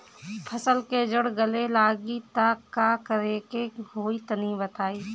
फसल के जड़ गले लागि त का करेके होई तनि बताई?